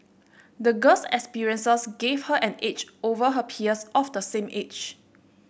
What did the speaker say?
the girl's experiences gave her an edge over her peers of the same age